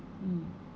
mm